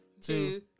two